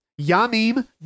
yamim